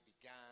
began